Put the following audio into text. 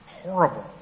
horrible